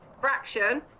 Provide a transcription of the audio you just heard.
fraction